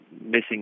missing